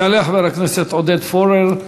יעלה חבר הכנסת עודד פורר.